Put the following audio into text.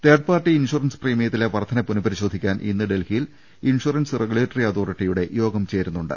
third party insurance പ്രീമിയത്തിലെ വർദ്ധന പുനഃ പരിശോധിക്കാൻ ഇന്ന് ഡൽഹിയിൽ ഇൻഷൂറൻസ് റെഗുലേറ്ററി അതോറി റ്റിയുടെ യോഗം ചേരുന്നുണ്ട്